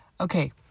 okay